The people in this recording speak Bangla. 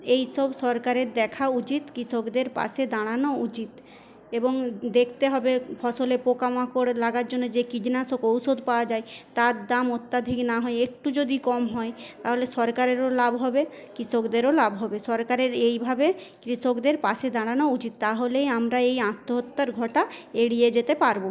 এইসব সরকারের দেখা উচিৎ কৃষদের পাশে দাঁড়ানো উচিৎ এবং দেখতে হবে ফসলে পোকা মাকড় লাগার জন্য যে কীটনাশক ঔষধ পাওয়া যায় তার দাম অত্যাধিক না হয়ে একটু যদি কম হয় তাহলে সরকারেরও লাভ হবে কৃষকদেরও লাভ হবে সরকারের এই ভাবে কৃষকদের পাশে দাঁড়ানো উচিৎ তাহলেই আমার এই আত্মহত্যার ঘটা এড়িয়ে যেতে পারব